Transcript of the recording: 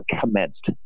commenced